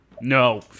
no